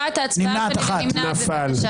נפל.